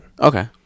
Okay